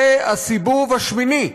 זה הסיבוב השמיני.